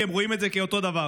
כי הם רואים את זה כאותו דבר.